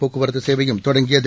போக்குவரத்து சேவையும் தொடங்கியது